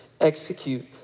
execute